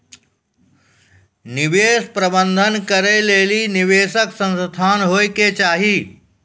निवेश प्रबंधन करै लेली निवेशक संस्थान होय के चाहि